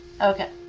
Okay